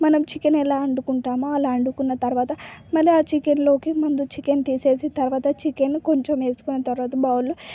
మనం చికెన్ ఎలా వండుకుంటామో ఆలా వండుకున్న తర్వాత మళ్లీ చికెన్ లోకి ముందు చికెన్ తీసేసి తర్వాత చికెన్ కొంచెం వేసుకున్న తర్వాత బౌల్లో